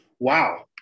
Wow